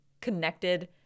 connected